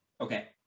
Okay